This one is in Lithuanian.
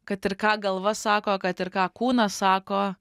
kad ir ką galva sako kad ir ką kūnas sako